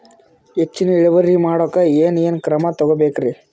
ಹೆಚ್ಚಿನ್ ಇಳುವರಿ ಮಾಡೋಕ್ ಏನ್ ಏನ್ ಕ್ರಮ ತೇಗೋಬೇಕ್ರಿ?